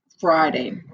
Friday